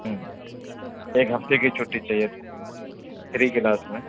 ہوں ایک ہفتے کی چھٹی چاہیے تھا تھری کلاس میں